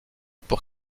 pour